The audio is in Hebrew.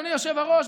אדוני היושב-ראש,